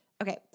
Okay